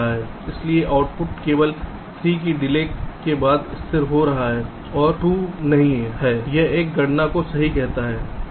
इसलिए आउटपुट केवल 3 की डिले के बाद स्थिर हो रहा है और 2 सही नहीं है यह इस गणना को सही कहता है